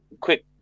quick